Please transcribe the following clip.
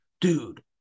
dude